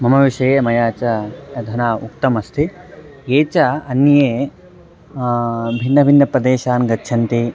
मम विषये मया च अधुना उक्तमस्ति ये च अन्ये भिन्नभिन्नप्रदेशान् गच्छन्ति